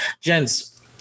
Gents